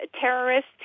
terrorists